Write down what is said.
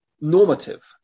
normative